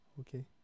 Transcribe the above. Okay